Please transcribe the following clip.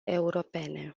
europene